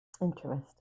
Interesting